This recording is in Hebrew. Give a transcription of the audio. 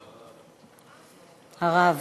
הרב.